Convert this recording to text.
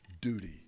duty